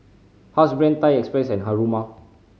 Housebrand Thai Express and Haruma